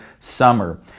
summer